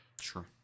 Sure